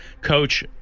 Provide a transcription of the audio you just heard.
coach